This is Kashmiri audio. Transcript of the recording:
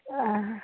آ